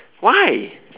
why